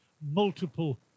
multiple